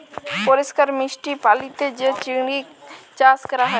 পরিষ্কার মিষ্টি পালিতে যে চিংড়ি চাস ক্যরা হ্যয়